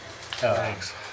Thanks